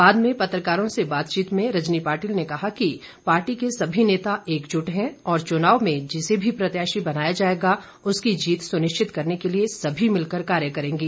बाद में पत्रकारों से बातचीत में रजनी पाटिल ने कहा कि पार्टी के सभी नेता एकजुट हैं और चुनाव में जिसे भी प्रत्याशी बनाया जाएगा उसकी जीत सुनिश्चित करने के लिए सभी मिलकर कार्य करेंगे